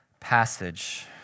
passage